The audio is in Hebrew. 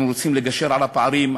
אנחנו רוצים לגשר על הפערים,